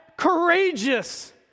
Courageous